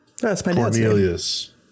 Cornelius